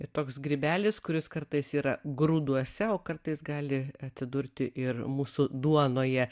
toks grybelis kuris kartais yra grūduose o kartais gali atsidurti ir mūsų duonoje